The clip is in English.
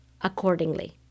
accordingly